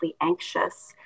anxious